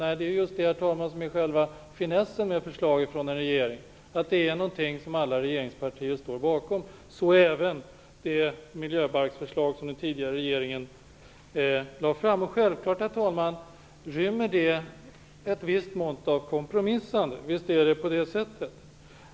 Nej, själva finessen med förslag från en regering är just att det är något som alla regeringspartier står bakom - så även när det gäller det miljöbalksförslag som den tidigare regeringen lade fram. Herr talman! Självklart rymmer det här ett visst mått av kompromissande.